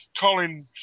Colin